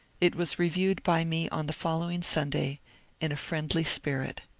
it was reviewed by me on the following sunday in a friendly spirit.